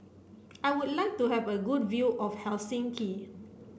I would like to have a good view of Helsinki